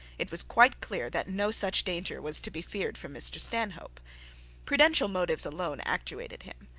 it was quiet clear that no such danger was to be feared from mr stanhope. prudential motives alone actuated him.